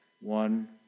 One